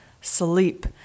sleep